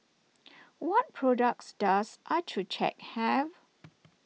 what products does Accucheck have